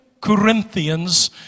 Corinthians